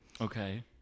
Okay